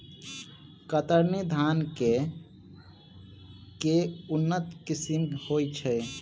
कतरनी धान केँ के उन्नत किसिम होइ छैय?